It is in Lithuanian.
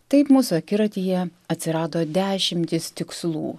taip mūsų akiratyje atsirado dešimtys tikslų